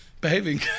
behaving